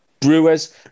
Brewers